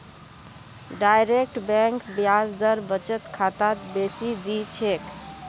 direct bank ब्याज दर बचत खातात बेसी दी छेक